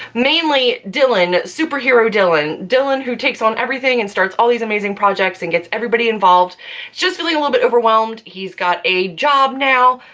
mainly dylan superhero dylan, dylan who takes on everything and starts all these amazing projects and gets everybody involved is just feeling a little bit overwhelmed. he's got a job now,